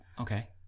okay